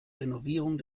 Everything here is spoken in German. renovierung